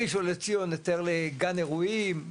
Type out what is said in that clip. בראשון לציון היתר לגן אירועים,